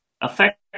affect